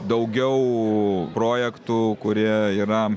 daugiau projektų kurie yra